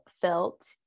felt